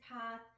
Path